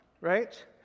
right